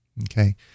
okay